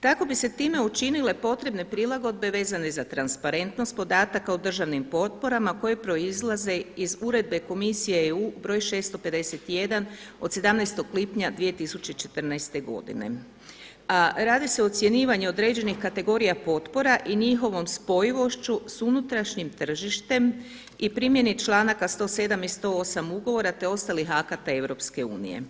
Tako bi se time učinile potrebne prilagodbe vezane za transparentnost podataka o državnim potporama koje proizlaze iz Uredbe Komisije EU br. 651 od 17. lipnja 2014. godine, a radi se ocjenjivanju određenih kategorija potpora i njihovom spojivošću su unutrašnjim tržištem i primjeni članaka 107. i 108. ugovora, te ostalih akata EU.